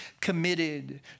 committed